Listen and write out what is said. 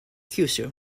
kyushu